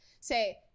say